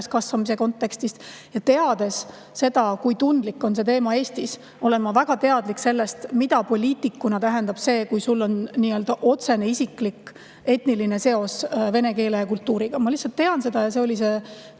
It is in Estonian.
üleskasvamise kontekstist. Teades seda, kui tundlik on see teema Eestis, olen ma väga teadlik ka sellest, mida poliitikuna tähendab see, kui sul on nii-öelda otsene isiklik etniline seos vene keele ja kultuuriga. Ma lihtsalt tean seda ja see oli see